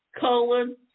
colon